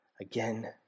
again